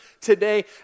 today